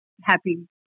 happy